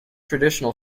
additional